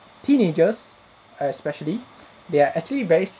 teenagers especially they are actually very